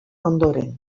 ondoren